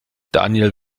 daniel